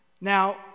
Now